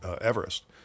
Everest